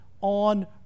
on